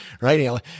Right